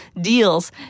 deals